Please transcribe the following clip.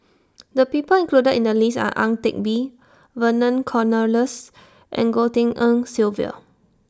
The People included in The list Are Ang Teck Bee Vernon Cornelius and Goh Tshin En Sylvia